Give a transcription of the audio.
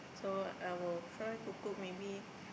so I will try to cook maybe